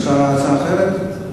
חבר הכנסת אלסאנע, יש לך הצעה אחרת?